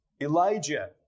Elijah